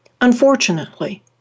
Unfortunately